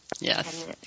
Yes